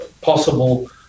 possible